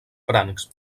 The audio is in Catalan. francs